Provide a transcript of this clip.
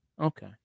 Okay